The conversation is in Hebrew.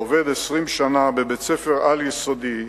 העובד 20 שנה בבית-ספר על-יסודי,